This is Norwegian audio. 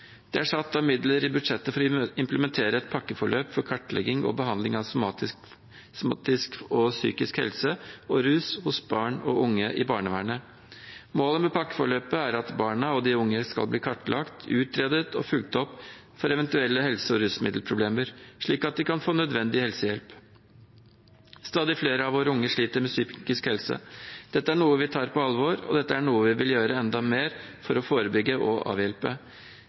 Det er satt av midler i budsjettet for å implementere et pakkeforløp for kartlegging og behandling av somatisk og psykisk helse og rusproblemer hos barn og unge i barnevernet. Målet med pakkeforløpet er at barna og de unge skal bli kartlagt, utredet og fulgt opp for eventuelle helse- og rusmiddelproblemer, slik at de kan få nødvendig helsehjelp. Stadig flere av våre unge sliter med psykisk helse. Dette er noe vi tar på alvor, og dette er noe vi vil gjøre enda mer for å forebygge og avhjelpe.